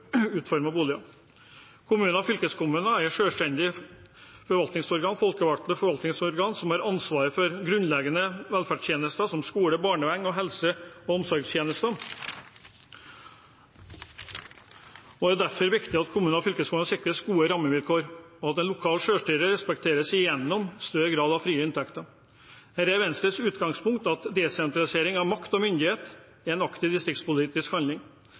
utformede boliger. Kommuner og fylkeskommuner er selvstendige, folkevalgte forvaltningsorgan som har ansvaret for grunnleggende velferdstjenester som skole, barnevern og helse- og omsorgstjenester. Det er derfor viktig at kommuner og fylkeskommuner sikres gode rammevilkår, og at det lokale selvstyret respekteres gjennom større grad av frie inntekter. Det er Venstres utgangspunkt at desentralisering av makt og myndighet er en aktiv distriktspolitisk handling.